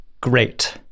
great